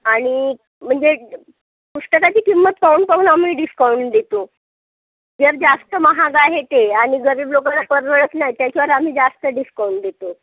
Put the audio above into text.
आणि म्हणजे पुस्तकाची किंमत पाहून पाहून आम्ही डिस्काउंट देतो जर जास्त महाग आहेत ते आणि गरीब लोकाला परवडत नाही ते त्याच्यावर आम्ही जास्त डिस्काउंट देतो